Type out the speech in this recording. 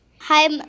Hi